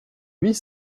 huit